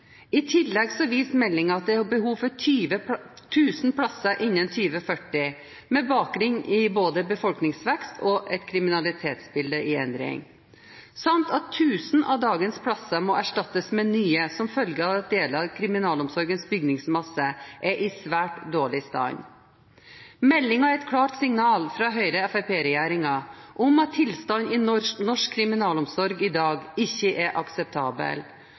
I tillegg viser meldingen at det er behov for 1 000 plasser innen 2040, med bakgrunn i både befolkningsvekst og et kriminalitetsbilde i endring, samt at 1 000 av dagens plasser må erstattes med nye som følge av at deler av kriminalomsorgens bygningsmasse er i svært dårlig stand. Meldingen er et klart signal fra Høyre–Fremskrittsparti-regjeringen om at tilstanden i norsk kriminalomsorg i dag ikke er akseptabel,